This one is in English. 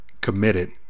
committed